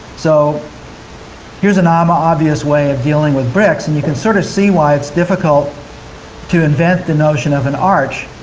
so here as an um ah a way of dealing with bricks and you can sort of see why it's difficult to invent the notion of an arch,